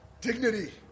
dignity